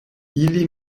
ili